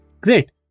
Great